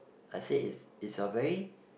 I said it's it's a very